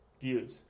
Views